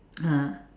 ah